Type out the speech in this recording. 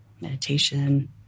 meditation